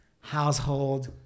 household